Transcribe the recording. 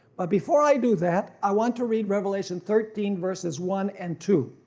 but before i do that i want to read revelation thirteen verses one and two.